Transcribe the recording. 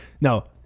No